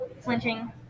Flinching